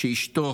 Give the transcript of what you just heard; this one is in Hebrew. שאשתו